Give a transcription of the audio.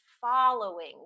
following